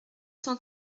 cent